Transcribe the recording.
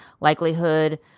likelihood